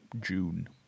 June